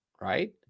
right